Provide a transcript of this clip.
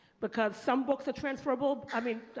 because some books are transferable i mean,